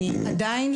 עדיין,